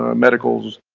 ah medicals,